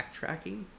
backtracking